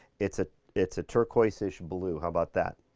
it's ah it's a turquoise-ish blue, how about that?